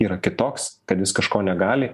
yra kitoks kad jis kažko negali